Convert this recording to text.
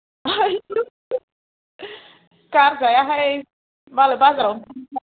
गारजाया हाय मालाय बाजारावनो फानखायो